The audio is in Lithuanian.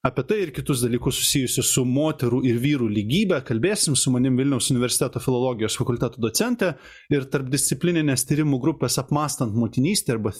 apie tai ir kitus dalykus susijusius su moterų ir vyrų lygybe kalbėsim su manim vilniaus universiteto filologijos fakulteto docente ir tarpdisciplininės tyrimų grupės apmąstan motinystę arba